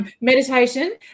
meditation